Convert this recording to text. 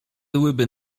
były